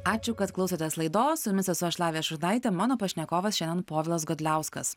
ačiū kad klausotės laidos su jumis esu aš lavija šurnaitė mano pašnekovas šiandien povilas godliauskas